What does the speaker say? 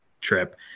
trip